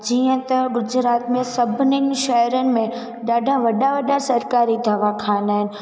जीअं त गुजरात में सभिनीनि शहरनि में ॾाढा वॾा वॾा सरकारी दवाखाना आहिनि